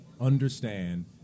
understand